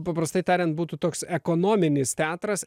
paprastai tariant būtų toks ekonominis teatras